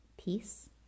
Peace